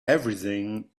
everything